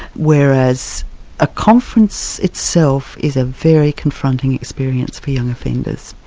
whereas a conference itself is a very confronting experience for young offenders.